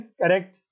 correct